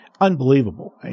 Unbelievable